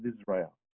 Israel